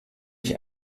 ich